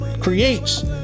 creates